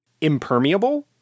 impermeable